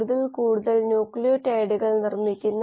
അതിനാൽ bubble column culture fluorescence ഉപയോഗിക്കുമ്പോൾ ശ്രദ്ധിക്കണം